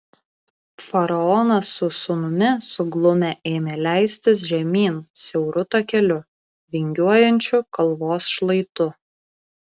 faraonas su sūnumi suglumę ėmė leistis žemyn siauru takeliu vingiuojančiu kalvos šlaitu